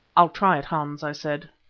i'll try it, hans, i said.